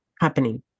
happening